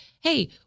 hey